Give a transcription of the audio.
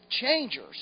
changers